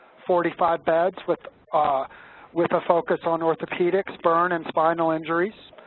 forty five beds with ah with a focus on orthopedics, burn, and spinal injuries,